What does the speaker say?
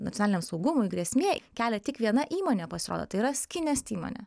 nacionaliniam saugumui grėsmė kelia tik viena įmonė pasirodo tai yra skinest įmonė